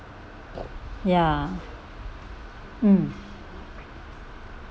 ya mm